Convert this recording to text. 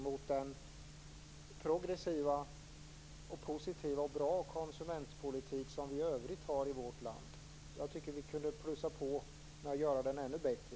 I övrigt har vi ju en progressiv, positiv och bra konsumentpolitik i vårt land. Jag tycker att vi kunde passa på att göra den ännu bättre.